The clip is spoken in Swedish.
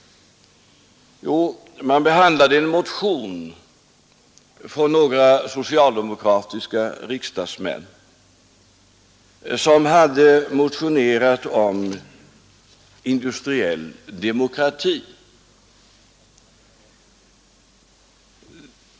Jo, man behandlade en motion från några socialdemokratiska riksdagsmän om industriell demokrati.